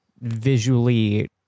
visually